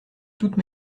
toutes